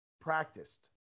practiced